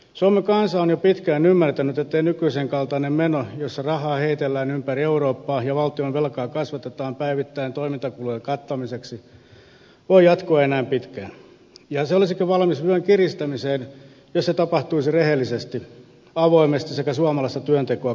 suomen kansa on jo pitkään ymmärtänyt ettei nykyisen kaltainen meno jossa rahaa heitellään ympäri eurooppaa ja valtionvelkaa kasvatetaan päivittäin toimintakulujen kattamiseksi voi jatkua enää pitkään ja se olisikin valmis vyön kiristämiseen jos se tapahtuisi rehellisesti avoimesti sekä suomalaista työntekoa kannustavasti